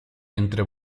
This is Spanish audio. entre